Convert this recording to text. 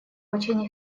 очень